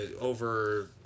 over